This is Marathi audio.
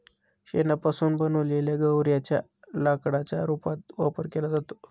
शेणापासून बनवलेल्या गौर्यांच्या लाकडाच्या रूपात वापर केला जातो